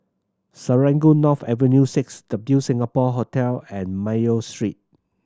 Serangoon North Avenue Six W Singapore Hotel and Mayo Street